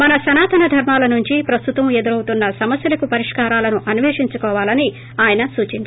మన సనాతన ధర్మాలనుంచి ప్రస్తుతం ఎదురౌతున్న సమస్యలకు పరిష్కారాలను అన్యేషించుకోవాలని ఆయన సూచించారు